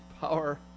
power